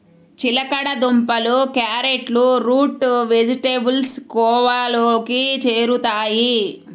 చిలకడ దుంపలు, క్యారెట్లు రూట్ వెజిటేబుల్స్ కోవలోకి చేరుతాయి